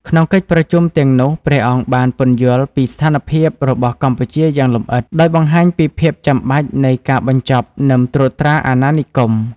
ក្នុងកិច្ចប្រជុំទាំងនោះ ព្រះអង្គបានពន្យល់ពីស្ថានភាពរបស់កម្ពុជាយ៉ាងលម្អិត ដោយបង្ហាញពីភាពចាំបាច់នៃការបញ្ចប់នឹមត្រួតត្រាអាណានិគម។